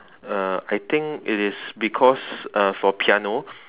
uh I think it is because uh for piano